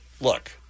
look